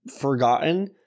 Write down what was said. forgotten